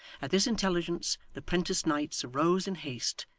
at this intelligence, the prentice knights arose in haste,